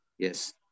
Yes